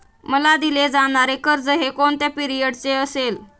मला दिले जाणारे कर्ज हे कोणत्या पिरियडचे असेल?